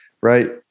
right